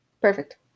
Perfect